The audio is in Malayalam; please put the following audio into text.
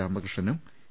രാമകൃഷ്ണനും എ